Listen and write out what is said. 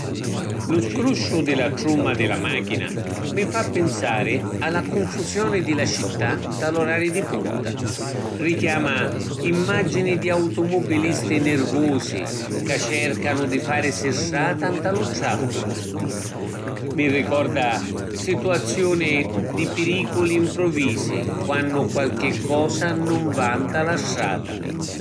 Lu scrusciu di la trumma di la macchina mi fa pinsari a la cunfusioni di li città nta l’orari di punta. Richiama immagini di automubilisti nirvusi ca cercanu di farisi strata nta lu trafficu. Mi ricorda situazioni di piriculi mpruvisi quannu qualchi cosa nun va nta la strata.